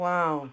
Wow